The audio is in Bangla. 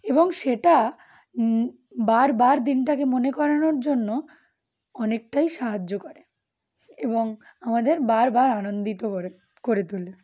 এবং সেটা বার বার দিনটাকে মনে করানোর জন্য অনেকটাই সাহায্য করে এবং আমাদের বার বার আনন্দিত করে করে তোলে